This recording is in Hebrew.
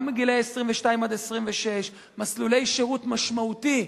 גם לגילאי 22 26. מסלולי שירות משמעותי.